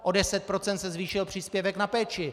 O 10 % se zvýšil příspěvek na péči.